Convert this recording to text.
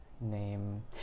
Name